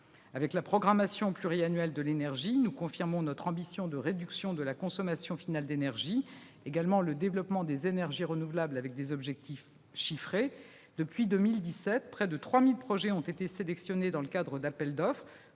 Avec la programmation pluriannuelle de l'énergie, nous confirmons notre ambition de réduction de la consommation finale d'énergie, mais également le développement des énergies renouvelables avec des objectifs chiffrés. Depuis 2017, près de 3 000 projets ont été sélectionnés dans le cadre d'appels d'offres,